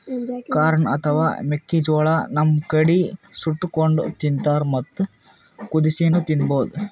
corn ಅಥವಾ ಮೆಕ್ಕಿಜೋಳಾ ನಮ್ ಕಡಿ ಸುಟ್ಟಕೊಂಡ್ ತಿಂತಾರ್ ಮತ್ತ್ ಕುದಸಿನೂ ತಿನ್ಬಹುದ್